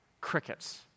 crickets